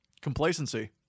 complacency